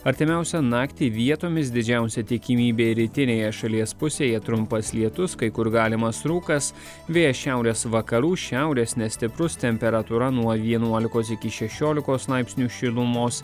artimiausią naktį vietomis didžiausia tikimybė rytinėje šalies pusėje trumpas lietus kai kur galimas rūkas vėjas šiaurės vakarų šiaurės nestiprus temperatūra nuo vienuolikos iki šešiolikos laipsnių šilumos